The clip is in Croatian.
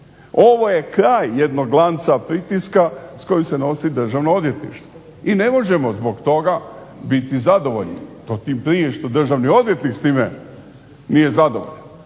Ovo je kraj jednog lanca pritiska s kojim se nosi Državno odvjetništvo i ne možemo zbog toga biti zadovoljni, to tim prije što državni odvjetnik nije s time zadovoljan.